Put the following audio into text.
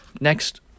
Next